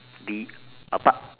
be apart